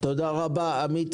תודה רבה, עמית.